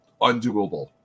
undoable